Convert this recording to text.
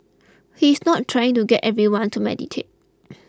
he is not trying to get everyone to meditate